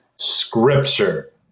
Scripture